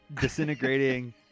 disintegrating